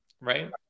Right